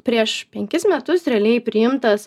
prieš penkis metus realiai priimtas